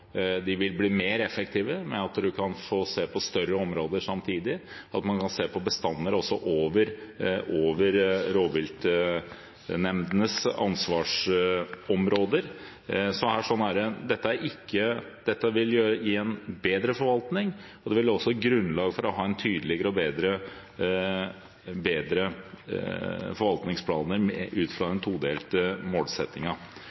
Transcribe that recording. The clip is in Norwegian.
de vil bli mer effektive ved at de kan få se på større områder samtidig, at de kan se på bestander også utover rovviltnemndenes ansvarsområder. Dette vil gi en bedre forvaltning, og det vil også gi grunnlag for tydeligere og bedre forvaltningsplaner ut fra